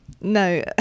no